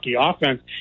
offense